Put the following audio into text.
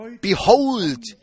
Behold